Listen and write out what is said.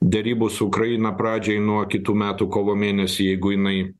derybų su ukraina pradžiai nuo kitų metų kovo mėnesį jeigu jinai